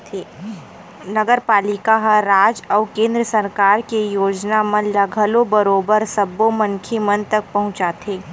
नगरपालिका ह राज अउ केंद्र सरकार के योजना मन ल घलो बरोबर सब्बो मनखे मन तक पहुंचाथे